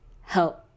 help